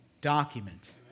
document